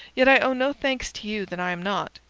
yet i owe no thanks to you that i am not,